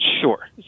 Sure